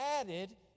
added